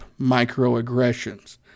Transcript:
Microaggressions